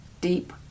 deep